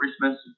Christmas